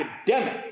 academic